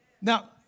Now